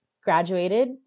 graduated